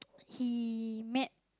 he met